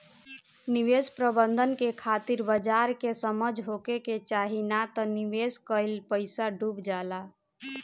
निवेश प्रबंधन के खातिर बाजार के समझ होखे के चाही नात निवेश कईल पईसा डुब जाला